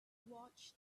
watched